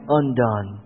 undone